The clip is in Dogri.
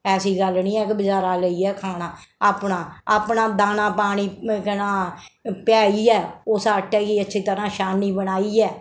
ऐसी गल्ल नेईं ऐ कि बजारा लेइयै गे खाना अपना अपना दाना पानी केह् नां पेहाइयै उस आटे गी अच्छी तरह छानी बनाइयै